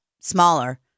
smaller